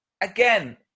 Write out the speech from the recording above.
Again